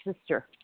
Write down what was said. sister